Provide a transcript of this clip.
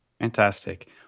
Fantastic